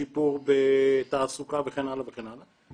שיפור בתעסוקה וכן הלאה וכן הלאה.